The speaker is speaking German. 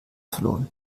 verloren